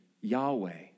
Yahweh